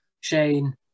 Shane